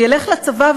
ילך לצבא,